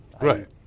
Right